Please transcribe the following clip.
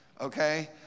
okay